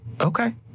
okay